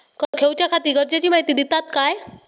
कर्ज घेऊच्याखाती गरजेची माहिती दितात काय?